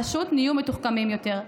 פשוט נהיו מתוחכמים יותר.